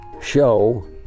show